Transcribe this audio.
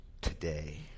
today